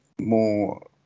more